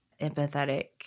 empathetic